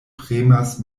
premas